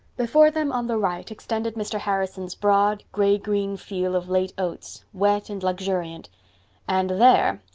before them on the right extended mr. harrison's broad, gray-green field of late oats, wet and luxuriant and there,